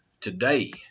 today